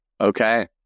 Okay